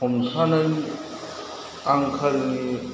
हमथानो आंखालनि